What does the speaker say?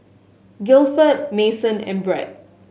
Gilford Mason and Bret